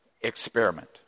experiment